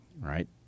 right